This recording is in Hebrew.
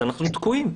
אז אנחנו תקועים.